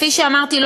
כפי שאמרתי,